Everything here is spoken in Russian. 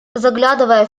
заглядывая